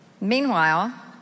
Meanwhile